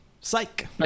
psych